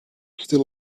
still